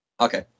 Okay